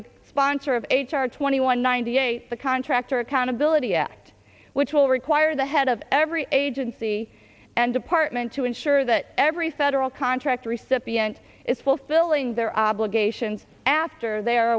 the sponsor of h r twenty one ninety eight the contractor accountability act which will require the head of every agency and department to ensure that every federal contract recipient is fulfilling their obligations after the